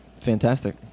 fantastic